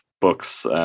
books